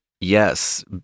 Yes